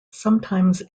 sometimes